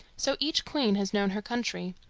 so each queen has known her country.